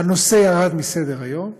הנושא ירד מסדר-היום.